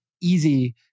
easy